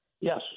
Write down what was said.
Yes